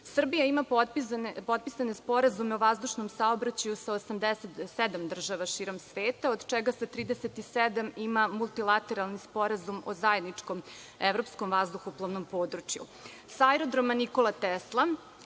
godine. Srbija ima potpisane sporazume o vazdušnom saobraćaju sa 87 država širom sveta, od čega sa 37 ima multilateralni sporazum o zajedničkom evropskom vazduhoplovnom području. Sa